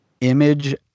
image